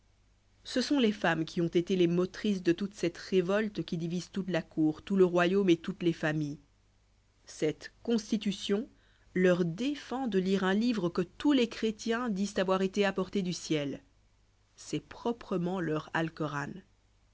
ce sont les femmes qui ont été les motrices de toute cette révolte qui divise toute la cour tout le royaume et toutes les familles cette constitution leur défend de lire un livre que tous les chrétiens disent avoir été apporté du ciel c'est proprement leur alcoran